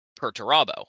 perturabo